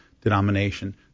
denomination